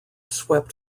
swept